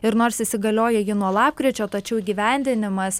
ir nors įsigalioja ji nuo lapkričio tačiau įgyvendinimas